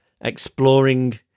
Exploring